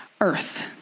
earth